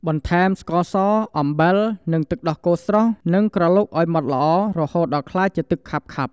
បន្ថែមស្ករស អំបិល និងទឹកដោះគោស្រស់ និងក្រឡុកឲ្យម៉ដ្ឋល្អ រហូតដល់ក្លាយជាទឹកខាប់ៗ។